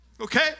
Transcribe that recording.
Okay